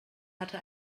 hatte